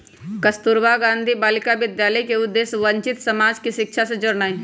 कस्तूरबा गांधी बालिका विद्यालय के उद्देश्य वंचित समाज के शिक्षा से जोड़नाइ हइ